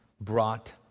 brought